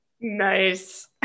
Nice